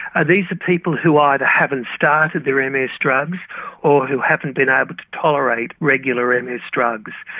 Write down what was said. ah these are people who either haven't started their ah ms drugs or who haven't been able to tolerate regular and ms drugs.